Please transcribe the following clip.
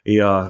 ja